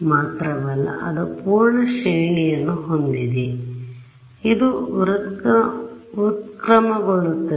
ಮಾತ್ರವಲ್ಲ ಅದು ಪೂರ್ಣ ಶ್ರೇಣಿಯನ್ನು ಹೊಂದಿದೆ ಆದ್ದರಿಂದ ಇದು ವುತ್ಕ್ರಮಗೊಳ್ಳುತ್ತದೆ